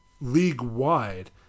league-wide